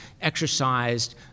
exercised